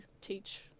teach